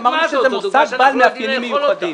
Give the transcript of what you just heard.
אמרנו שזאת עוגה שאנחנו לא יודעים לאכול אותה.